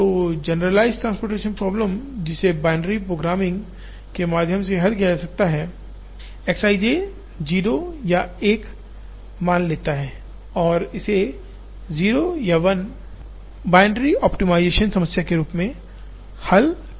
तो generalized transportation problem जिसे binary programming के माध्यम से हल किया जा सकता है X i j 0 या 1 मान लेता है और इसे 0 1 या बाइनरी ऑप्टिमाइज़ेशन समस्या के रूप में हल किया जा सकता है